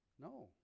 No